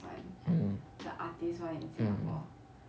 mm mm